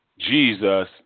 Jesus